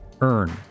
earn